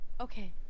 Okay